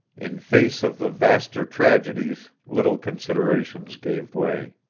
in face of the vaster tragedies little considerations gave way.